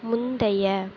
முந்தைய